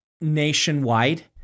nationwide